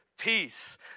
Peace